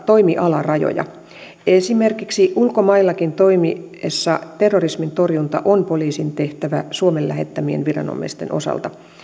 toimialarajoja esimerkiksi ulkomaillakin toimittaessa terrorismin torjunta on poliisin tehtävä suomen lähettämien viranomaisten osalta